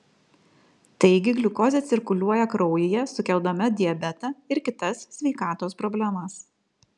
taigi gliukozė cirkuliuoja kraujyje sukeldama diabetą ir kitas sveikatos problemas